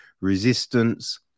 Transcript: resistance